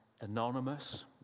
anonymous